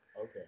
Okay